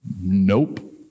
nope